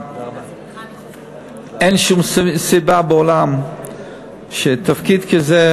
אין שום סיבה בעולם שתפקיד כזה,